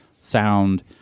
sound